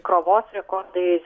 krovos rekordai